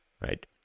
right